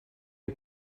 you